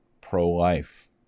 pro-life